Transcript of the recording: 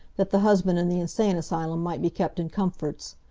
that the husband in the insane asylum might be kept in comforts.